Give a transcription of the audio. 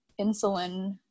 insulin